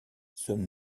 sommes